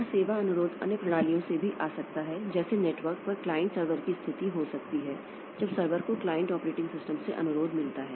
और सेवा अनुरोध अन्य प्रणालियों से भी आ सकता है जैसे नेटवर्क पर क्लाइंट सर्वर की स्थिति हो सकती है जब सर्वर को क्लाइंट ऑपरेटिंग सिस्टम से अनुरोध मिलता है